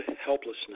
helplessness